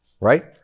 right